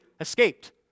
escaped